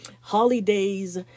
holidays